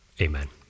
Amen